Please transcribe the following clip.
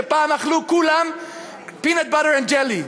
שפעם אכלו כולם peanut butter and jelly.